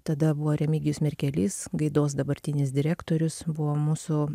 tada buvo remigijus merkelys gaidos dabartinis direktorius buvo mūsų